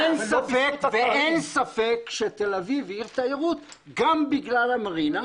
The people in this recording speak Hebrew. אין ספק שתל אביב היא עיר תיירות גם בגלל המרינה.